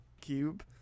cube